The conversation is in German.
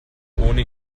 ohne